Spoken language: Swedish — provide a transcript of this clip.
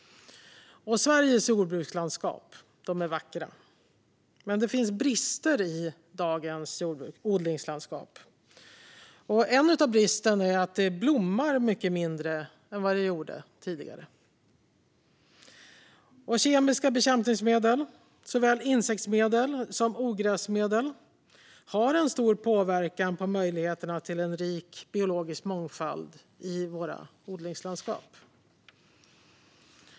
Sveriges jordbrukslandskap är vackra, men det finns brister i dagens odlingslandskap. En av bristerna är att det blommar mycket mindre än vad det gjorde tidigare. Kemiska bekämpningsmedel, såväl insektsmedel som ogräsmedel, har stor påverkan på möjligheterna till en rik biologisk mångfald i våra odlingslandskap.